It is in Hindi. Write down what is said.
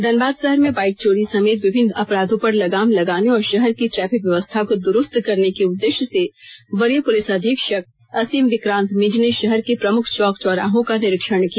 धनबाद शहर में बाइक चोरी समेत विभिन्न अपराधों पर लगाम लगाने और शहर की ट्रैफिक व्यवस्था को दुरुस्त करने के उद्देश्य से वरीय पुलिस अधीक्षक असीम विक्रांत मिंज ने शहर के प्रमुख चौक चौराहों का निरीक्षण किया